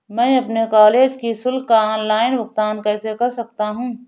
मैं अपने कॉलेज की शुल्क का ऑनलाइन भुगतान कैसे कर सकता हूँ?